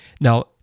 Now